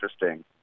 interesting